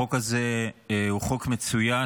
החוק הזה הוא חוק מצוין.